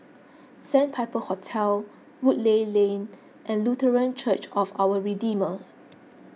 Sandpiper Hotel Woodleigh Lane and Lutheran Church of Our Redeemer